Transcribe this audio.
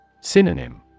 Synonym